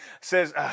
says